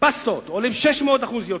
פסטות עולות 600% יותר.